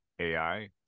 AI